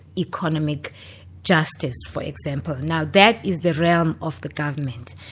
economic justice for example. now that is the realm of the government,